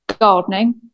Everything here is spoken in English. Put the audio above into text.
gardening